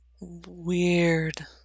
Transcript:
Weird